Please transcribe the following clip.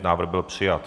Návrh byl přijat.